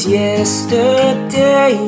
yesterday